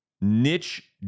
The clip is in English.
niche